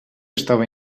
estava